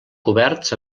coberts